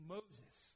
Moses